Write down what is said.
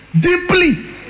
Deeply